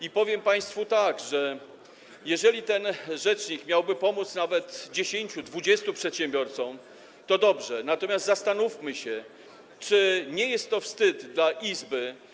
I powiem państwu, że jeżeli ten rzecznik miałby pomóc nawet 10, 20 przedsiębiorcom, to dobrze, natomiast zastanówmy się, czy nie jest to wstyd dla Izby.